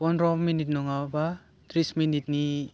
फद्र minute नङाबा ट्रिस मिनिटनि